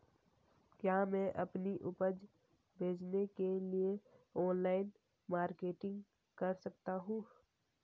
क्या मैं अपनी उपज बेचने के लिए ऑनलाइन मार्केटिंग कर सकता हूँ?